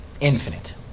infinite